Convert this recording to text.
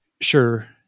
sure